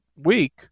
week